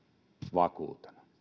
vakuutena